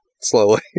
slowly